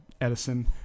Edison